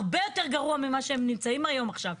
הרבה יותר גרוע ממה שהם נמצאים היום, עכשיו.